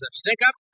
stick-up